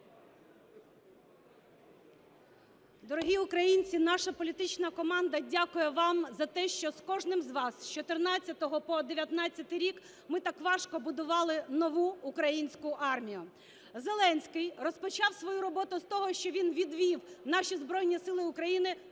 Дорогі українці, наша політична команда дякує вам за те, що з кожним з вас з 14-го по 19-й рік ми так важко будували нову українську армію. Зеленський розпочав свою роботу з того, що він відвів наші Збройні Сили України по всій